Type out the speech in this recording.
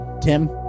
Tim